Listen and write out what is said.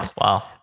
Wow